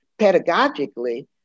pedagogically